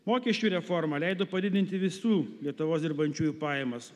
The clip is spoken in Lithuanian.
mokesčių reforma leido padidinti visų lietuvos dirbančiųjų pajamas